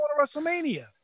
WrestleMania